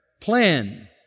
plan